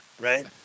right